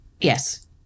Yes